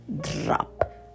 drop